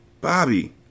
Bobby